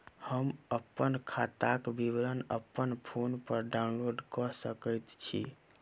हम अप्पन खाताक विवरण अप्पन फोन पर डाउनलोड कऽ सकैत छी?